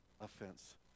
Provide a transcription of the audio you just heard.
offense